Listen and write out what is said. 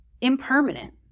impermanent